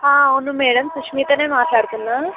అవును మేడమ్ సుష్మితనే మాట్లాడుతున్నా